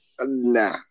Nah